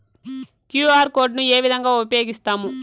QR code ను ఏ విధంగా ఉపయగిస్తాము?